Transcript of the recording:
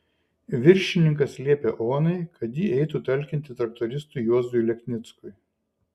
viršininkas liepė onai kad ji eitų talkinti traktoristui juozui leknickui